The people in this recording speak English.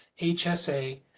HSA